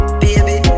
baby